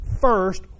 first